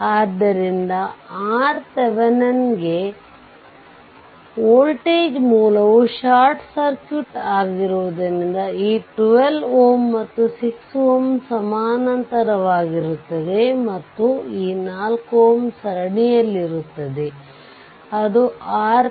ಆದ್ದರಿಂದ RThevenin ಗೆ voltage ಮೂಲವು ಶಾರ್ಟ್ ಸರ್ಕ್ಯೂಟ್ ಆಗಿರುವುದರಿಂದ ಈ 12 Ω ಮತ್ತು 6 Ω ಸಮಾನಾಂತರವಾಗಿರುತ್ತವೆ ಮತ್ತು ಈ 4 Ω ಸರಣಿಯಲ್ಲಿರುತ್ತದೆ ಅದು RThevenin